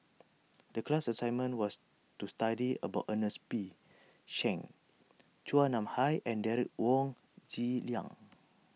the class assignment was to study about Ernest P Shanks Chua Nam Hai and Derek Wong Zi Liang